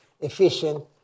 efficient